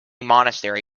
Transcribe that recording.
monastery